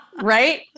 right